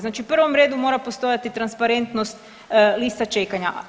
Znači u prvom redu mora postojati transparentnost lista čekanja.